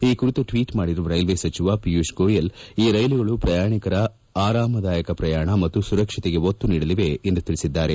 ಈ ಕುರಿತು ಟ್ವೀಟ್ ಮಾಡಿರುವ ರೈಲ್ವೆ ಸಚಿವ ಪಿಯೂಷ್ ಗೋಯಲ್ ಈ ರೈಲುಗಳು ಪ್ರಯಾಣಿಕರ ಆಯಾಮದಾಯಕ ಪ್ರಯಾಣ ಮತ್ತು ಸುರಕ್ಷತೆಗೆ ಒತ್ತು ನೀಡಲಿದೆ ಎಂದು ತಿಳಿಸಿದ್ದಾರೆ